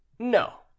No